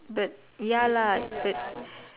but ya lah but